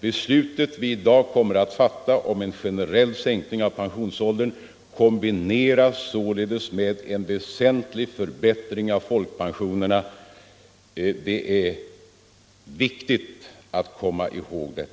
Beslutet som i dag kommer att fattas om en generell sänkning av pensionsåldern kombineras således med en väsentlig förbättring av folkpensionerna. Det är viktigt att komma ihåg det.